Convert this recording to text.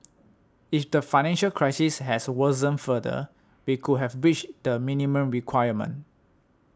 if the financial crisis has worsened further we could have breached the minimum requirement